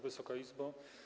Wysoka Izbo!